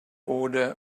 order